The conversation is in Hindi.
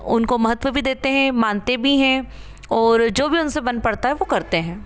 उनको महत्व भी देते हैं मनाते भी हैं और जो भी उनसे बन पड़ता है वो करते हैं